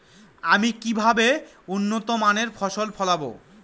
আমি কিভাবে উন্নত মানের ফসল ফলাব?